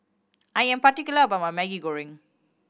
I am particular about my Maggi Goreng